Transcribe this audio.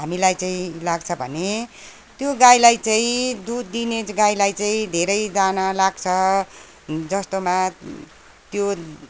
हामीलाई चाहिँ लाग्छ भने त्यो गाईलाई चाहिँ दुध दिने गाईलाई चाहिँ धेरै दाना लाग्छ जस्तोमा त्यो